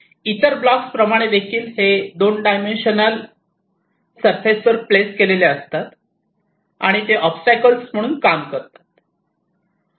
इतर ब्लॉक्स प्रमाणे देखील हे 2 डायमेन्शनल सरफेस वर प्लेस केलेले असतात आणि ते ओबस्टॅकल्स म्हणून काम करतात